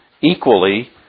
equally